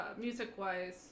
music-wise